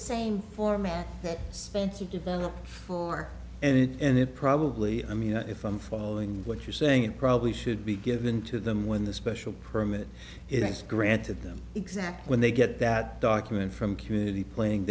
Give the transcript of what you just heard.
same format that spencer developed for and it probably i mean if i'm following what you're saying it probably should be given to them when the special permit it's granted them exactly when they get that document from community playing